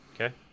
Okay